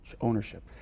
ownership